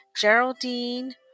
Geraldine